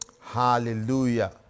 Hallelujah